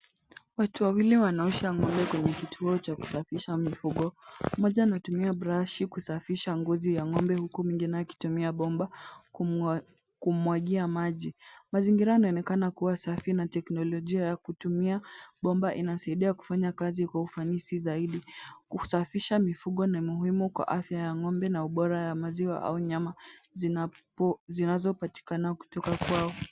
Watu wawili wanaosha ng'ombe kwenye kituo cha kusafisha mifugo. Mmoja anatumia brush kusafisha ngozi ya ng'ombe huku mwengine akitumia bomba kummwagia maji. Mazingira yanaonekana kuwa safi na teknolojia ya kutumia bomba inasaidia kufanya kazi kwa ufanisi zaidi. Kusafisha mifugo ni muhimu kwa afya ya ng'ombe na ubora ya maziwa au nyama zinazopatikana kutoka kwao